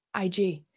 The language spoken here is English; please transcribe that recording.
IG